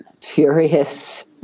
furious